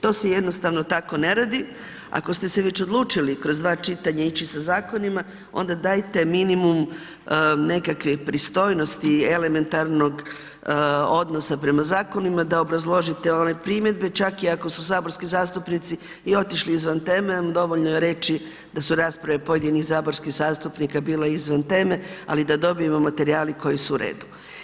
To se jednostavno tako ne radi, ako ste se već odlučili kroz dva čitanja ići sa zakonima, onda dajte minimum nekakve pristojnosti elementarnog odnosa prema zakonima da obrazložite one primjedbe čak i ako su saborski zastupnici i otišli izvan teme, dovoljno je reći da su rasprave pojedinih saborskih zastupnika bile izvan teme ali da dobijemo materijale koji su u redu.